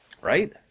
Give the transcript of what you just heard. right